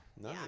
No